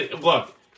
Look